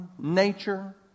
nature